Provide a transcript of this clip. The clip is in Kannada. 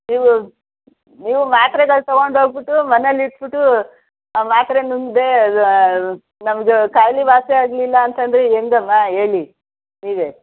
ನೀವು ನೀವು ಮಾತ್ರೆಗಳು ತಗೊಂಡು ಹೋಗ್ಬುಟ್ಟು ಮನೇಲಿ ಇಟ್ಬಿಟ್ಟು ಮಾತ್ರೆ ನುಂಗದೆ ನಮ್ಮದು ಕಾಯ್ಲೆ ವಾಸಿ ಆಗಲಿಲ್ಲ ಅಂತಂದರೆ ಹೆಂಗಮ್ಮ ಹೇಳಿ ನೀವೇ